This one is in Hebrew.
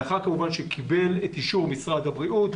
לאחר שקיבל כמובן את אישור משרד הבריאות,